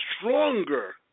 stronger